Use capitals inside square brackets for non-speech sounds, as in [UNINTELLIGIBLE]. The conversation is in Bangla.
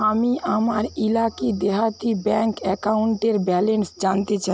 আমি আমার ইলাকি দেহাতি ব্যাংক অ্যাকাউন্টের ব্যালেন্স জানতে [UNINTELLIGIBLE]